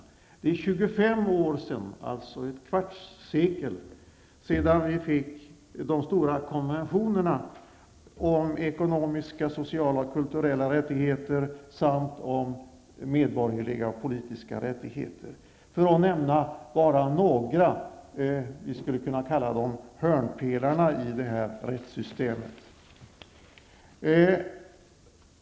Och det är 25 år, alltså ett kvarts sekel, sedan de stora konventionerna kom till stånd om ekonomiska, sociala och kulturella rättigheter samt om medborgerliga och politiska rättigheter -- för att nämna några, skulle jag vilja säga, hörnpelare i rättssystemet.